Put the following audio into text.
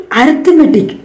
arithmetic